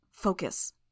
Focus